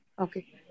Okay